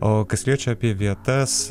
o kas liečia apie vietas